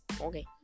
Okay